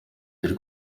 turi